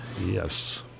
Yes